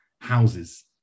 houses